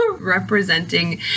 representing